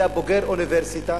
היה בוגר אוניברסיטה,